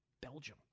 Belgium